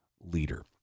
leader